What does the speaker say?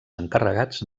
encarregats